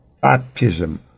baptism